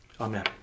Amen